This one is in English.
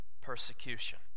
persecution